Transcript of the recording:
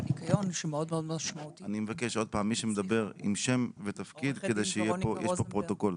עו"ד ורוניקה רוזנברג,